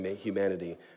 humanity